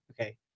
Okay